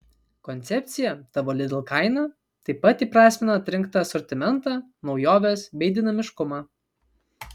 koncepcija tavo lidl kaina taip pat įprasmina atrinktą asortimentą naujoves bei dinamiškumą